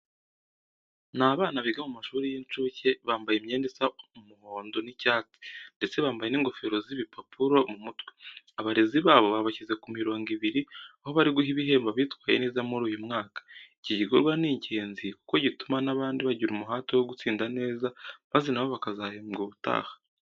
Ni abana biga mu mashuri y'inshuke, bambaye imyenda isa umuhondo n'icyatsi ndetse bambaye n'ingofero z'ibipapuro mu mutwe. Abarezi babo babashyize ku mirongo ibiri, aho bari guha ibihembo abitwaye neza muri uyu mwaka. Iki gikorwa ni ingenzi kuko gituma n'abandi bagira umuhate wo gutsinda neza maze na bo bakazahembwa ubutaha.